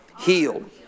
healed